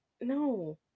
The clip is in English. No